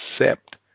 accept